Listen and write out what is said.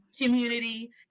community